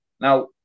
Now